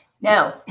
No